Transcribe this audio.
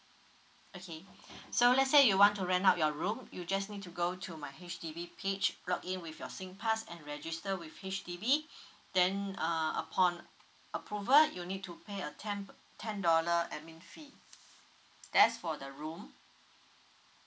okay so let's say you want to rent out your room you just need to go to my H_D_B page log in with your singpass and register with H_D_B then err upon approval you need to pay a ten ten dollar admin fee that's for the room